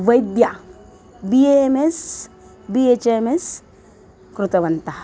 वैद्या B A M S B H M S कृतवन्तः